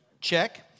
Check